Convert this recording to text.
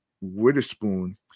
Witherspoon